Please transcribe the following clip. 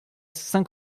cinq